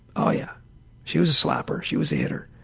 ah yeah she was a slapper. she was a hitter.